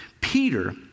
Peter